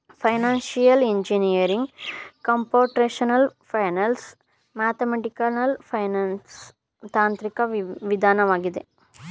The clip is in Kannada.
financial engineering computational finance, mathematical finance ತಾಂತ್ರಿಕ ವಿಧಾನವಾಗಿದೆ